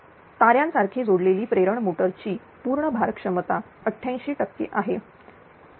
तारे यासारखी जोडलेली प्रेरण मोटर ची पूर्ण भार कार्यक्षमता 88 टक्के आहे0